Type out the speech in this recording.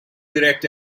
direct